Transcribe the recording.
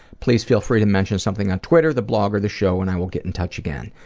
please feel free to mention something on twitter, the blog or the show and i will get in touch again.